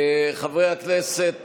חברי הכנסת